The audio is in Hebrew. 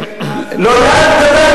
ודאי ודאי,